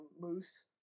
moose